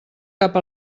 cap